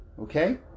Okay